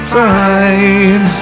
time